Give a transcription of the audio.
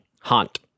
Haunt